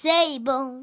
Table